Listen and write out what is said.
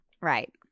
right